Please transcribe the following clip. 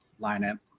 lineup